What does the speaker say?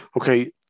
Okay